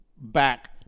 back